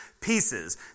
pieces